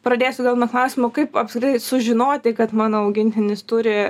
pradėsiu gal nuo klausimo kaip apskritai sužinoti kad mano augintinis turi